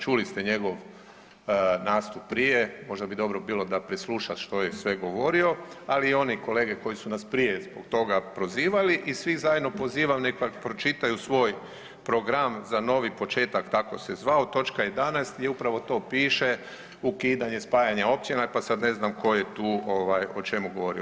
Čuli ste njegov nastup prije, možda bi dobro bilo da presluša što je sve govorio, ali i oni kolege koji su nas prije toga prozivali i svi zajedno pozivam neka pročitaju svoj program Za novi početak tako se zvao, točka 11. gdje upravo to piše ukidanje, spajanje općina pa sad ne znam tko je tu ovaj o čemu govorio.